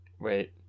Wait